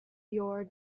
your